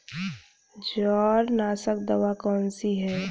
जवार नाशक दवा कौन सी है?